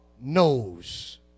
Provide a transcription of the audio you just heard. knows